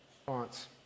response